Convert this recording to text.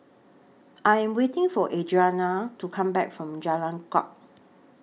I Am waiting For Audrianna to Come Back from Jalan Kuak